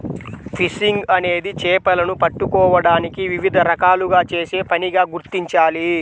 fishing అనేది చేపలను పట్టుకోవడానికి వివిధ రకాలుగా చేసే పనిగా గుర్తించాలి